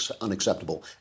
unacceptable